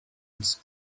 his